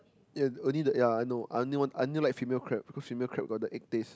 ya only the ya I know I only want I only like female crab cause female crab got the egg taste